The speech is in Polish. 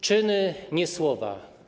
Czyny, nie słowa.